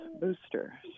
booster